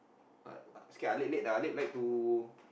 uh uh scared Alif late ah Alif like to